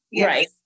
right